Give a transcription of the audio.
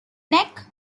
neck